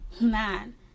Man